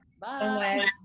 Bye